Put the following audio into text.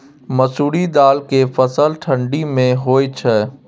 मसुरि दाल के फसल ठंडी मे होय छै?